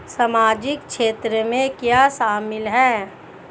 सामाजिक क्षेत्र में क्या शामिल है?